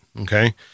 Okay